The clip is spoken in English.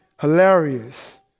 hilarious